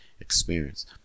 experience